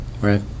Right